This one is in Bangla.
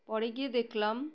পরে গিয়ে দেখলাম